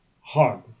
hard